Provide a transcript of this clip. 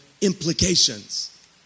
implications